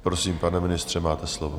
Prosím, pane ministře, máte slovo.